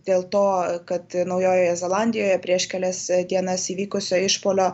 dėl to kad naujojoje zelandijoje prieš kelias dienas įvykusio išpuolio